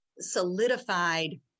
solidified